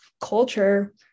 culture